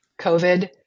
COVID